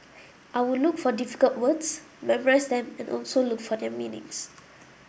I will look for difficult words memorise them and also look for their meanings